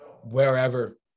Wherever